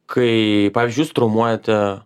kai pavyzdžiuijūs traumuojate